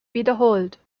wiederholt